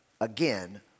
again